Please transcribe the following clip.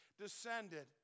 descended